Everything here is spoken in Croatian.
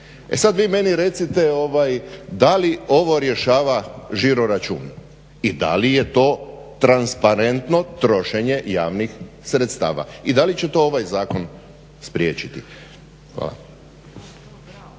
E sad vi meni recite da li ovo rješava žiro račun i da li je to transparentno trošenje javnih sredstva, i da li će to ovaj zakon spriječiti? Hvala.